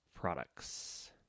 Products